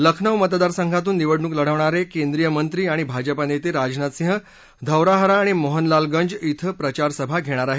लखनौ मतदारसंघातून निवडणूक लढवणारे केंद्रीय मंत्री आणि भाजपा नेते राजनाथ सिंह धौराहरा आणि मोहनलालगंज कें प्रचारसभा घेणार आहेत